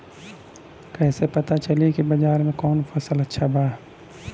कैसे पता चली की बाजार में कवन फसल अच्छा बा?